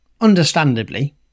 understandably